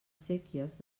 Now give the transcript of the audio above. séquies